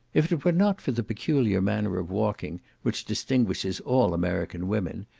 if it were not for the peculiar manner of walking, which distinguishes all american women,